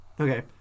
Okay